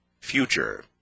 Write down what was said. Future